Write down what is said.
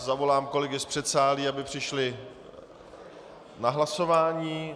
Zavolám kolegy z předsálí, aby přišli na hlasování.